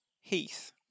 Heath